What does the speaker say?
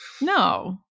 No